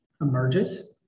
emerges